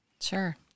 Sure